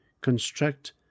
construct